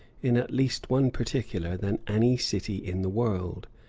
in at least one particular, than any city in the world.